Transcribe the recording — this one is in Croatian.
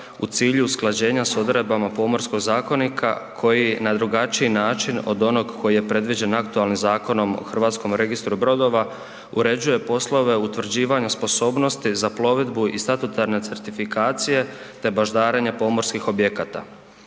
u cilju usklađenja s odredbama Pomorskog zakonika koji na drugačiji način od onog koji je predviđen aktualnim Zakonom o hrvatskom registru brodova uređuje poslove utvrđivanja sposobnosti za plovidbu i statutarne certifikacije, te baždarenje pomorskih objekata.